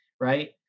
right